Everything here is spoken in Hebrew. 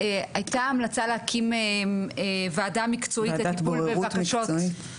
הייתה המלצה להקים ועדה מקצועית לטיפול בבקשות